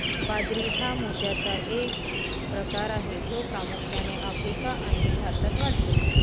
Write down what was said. बाजरी हा मोत्याचा एक प्रकार आहे जो प्रामुख्याने आफ्रिका आणि भारतात वाढतो